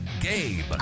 Gabe